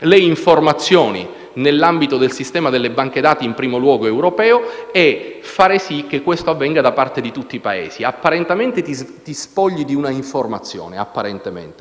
le informazioni nell'ambito del sistema delle banche dati (in primo luogo europeo) e far sì che questo avvenga da parte di tutti i Paesi. Apparentemente ti spogli di un'informazione;